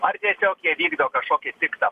ar tiesiog jie vykdo kašokį piktą